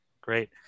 Great